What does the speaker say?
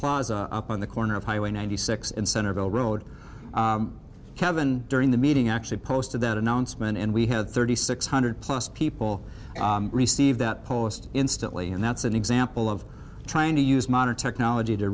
plaza up on the corner of highway ninety six in centerville road kevan during the meeting actually posted that announcement and we had thirty six hundred plus people receive that post instantly and that's an example of trying to use modern technology to